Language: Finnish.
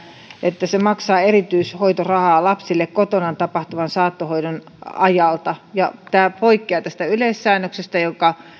että se maksaa erityishoitorahaa lapsille kotona tapahtuvan saattohoidon ajalta tämä poikkeaa tästä yleissäännöksestä joka